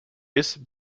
ist